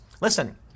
Listen